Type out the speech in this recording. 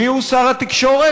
מיהו שר התקשורת?